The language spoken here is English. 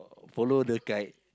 oh follow the kite